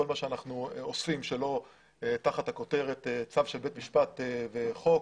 כל מה שאנחנו אוספים שלא תחת הכותרת צו של בית משפט וחוק,